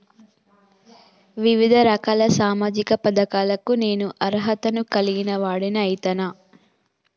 వివిధ రకాల సామాజిక పథకాలకు నేను అర్హత ను కలిగిన వాడిని అయితనా?